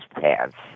pants